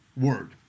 word